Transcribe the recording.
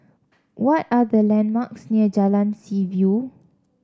what are the landmarks near Jalan Seaview